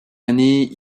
années